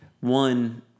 One